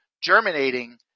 germinating